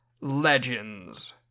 Legends